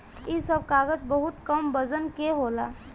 इ सब कागज बहुत कम वजन के होला